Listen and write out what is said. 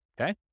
Okay